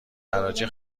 حراجی